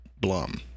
Blum